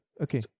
Okay